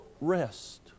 rest